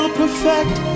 perfect